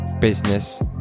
business